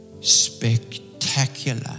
spectacular